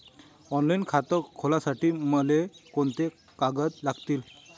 Online खातं खोलासाठी मले कोंते कागद लागतील?